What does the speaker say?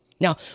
Now